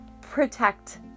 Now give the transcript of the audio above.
protect